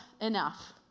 enough